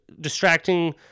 distracting